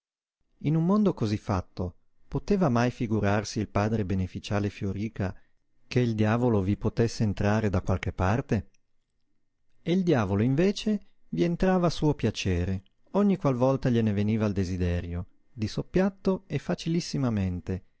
in un mondo cosí fatto poteva mai figurarsi il padre beneficiale fioríca che il diavolo vi potesse entrare da qualche parte e il diavolo invece vi entrava a suo piacere ogni qual volta gliene veniva il desiderio di soppiatto e